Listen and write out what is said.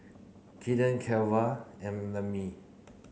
Keandre Cleva and Lemmie